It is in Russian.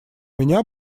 меня